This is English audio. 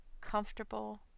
comfortable